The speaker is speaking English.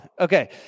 Okay